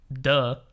Duh